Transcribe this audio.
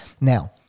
now